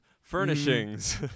furnishings